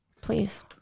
Please